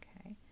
okay